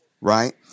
right